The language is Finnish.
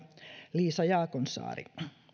liisa jaakonsaari